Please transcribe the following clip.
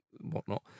whatnot